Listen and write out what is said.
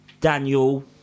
daniel